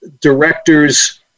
directors